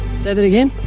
say that again.